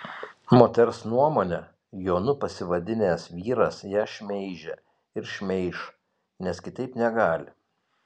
moters nuomone jonu pasivadinęs vyras ją šmeižė ir šmeiš nes kitaip negali